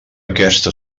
aquesta